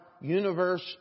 universe